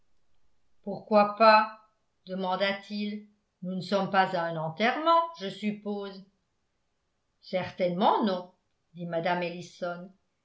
pourquoi pas demanda-t-il nous ne sommes pas à un enterrement je suppose certainement non dit mme ellison